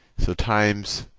so times